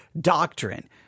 doctrine